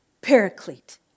paraclete